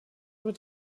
wird